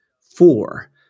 four